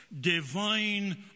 divine